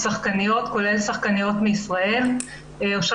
שר המשפטים יפעל למינוי גורם שיאשר